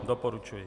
Doporučuji.